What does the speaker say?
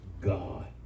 God